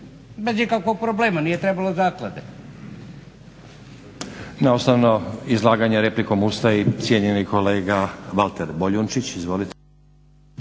bez ikakvog problema, nije trebalo zaklade.